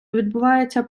відбуваються